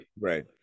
Right